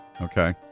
okay